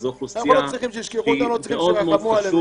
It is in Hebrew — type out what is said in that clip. זו אוכלוסייה שמאוד מאוד חשוב